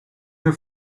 your